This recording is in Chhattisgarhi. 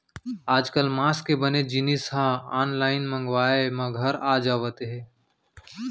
आजकाल मांस के बने जिनिस ह आनलाइन मंगवाए म घर आ जावत हे